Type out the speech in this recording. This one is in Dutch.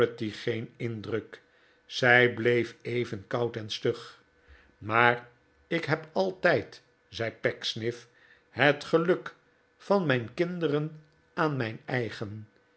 charity geen indruk zij bleef even koud en stug maar ik heb altijd zei pecksniff het geluk van mijn kinderen aan mijn eigen